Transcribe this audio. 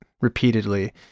repeatedly